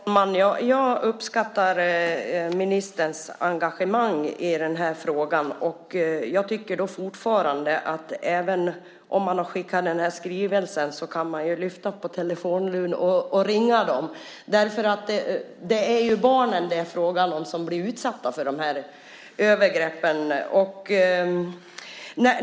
Herr talman! Jag uppskattar ministerns engagemang i den här frågan. Jag tycker fortfarande att man, även om man har skickat denna skrivelse, kan lyfta på telefonluren och ringa dem. Det är ju barnen det är fråga om, de som blir utsatta för dessa övergrepp.